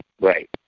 Right